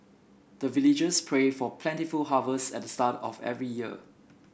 the villagers pray for plentiful harvest at the start of every year